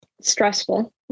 Stressful